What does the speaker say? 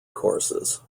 courses